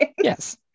yes